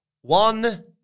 One